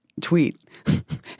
tweet